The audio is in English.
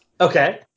Okay